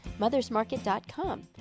mothersmarket.com